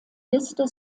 liste